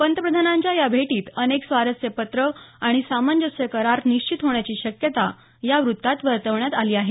पंतप्रधानांच्या या भेटीत अनेक स्वारस्य पत्रं आणि सामंजस्य करार निश्चित होण्याची शक्यता या वृत्तात वर्तवण्यात आली आहे